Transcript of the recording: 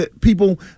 people